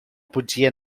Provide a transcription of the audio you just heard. podia